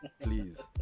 Please